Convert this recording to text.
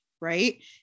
right